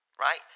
right